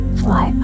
fly